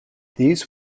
these